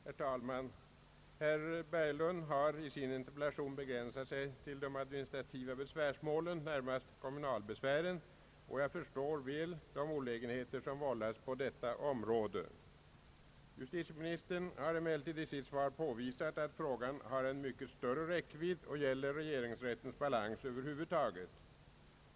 Herr talman! Herr Berglund har i sin interpellation begränsat sig till de administrativa besvärsmålen, närmast kommunalbesvären, och jag förstår väl de olägenheter som vållats på detta område. Justitieministern har emellertid i sitt svar påvisat att frågan har en mycket större räckvidd och gäller regeringsrättens balans över huvud taget.